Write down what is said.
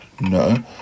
No